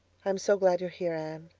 i'm so glad you're here, anne,